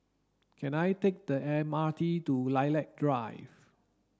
can I take the M R T to Lilac Drive